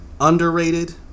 underrated